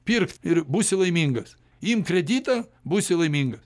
pirkt ir būsi laimingas imk kreditą būsi laimingas